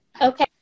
Okay